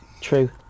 True